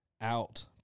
out